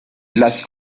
las